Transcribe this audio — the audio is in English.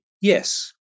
Yes